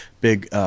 big